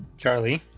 charlie